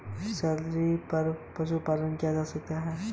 Salary पर loan कैसे मिलता है?